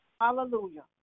Hallelujah